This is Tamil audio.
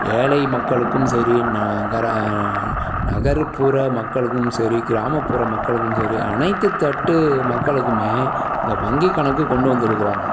ஏழை மக்களுக்கும் சரி நகர நகர்ப்புற மக்களுக்கும் சரி கிராமப்புற மக்களும் சரி அனைத்து தட்டு மக்களுக்குமே இந்த வங்கி கணக்கு கொண்டு வந்திருக்கறாங்க